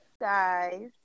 Guys